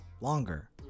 longer